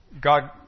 God